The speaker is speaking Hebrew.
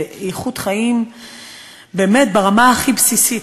זה איכות חיים ברמה הכי בסיסית,